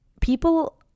people